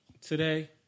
Today